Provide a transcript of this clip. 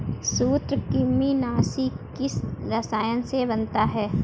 सूत्रकृमिनाशी किस रसायन से बनता है?